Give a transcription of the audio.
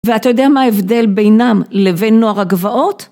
ואתה יודע מה ההבדל בינם לבין נוער הגבעות?